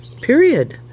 period